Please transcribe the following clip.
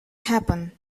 happen